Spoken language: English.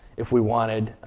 if we wanted.